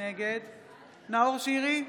נגד נאור שירי,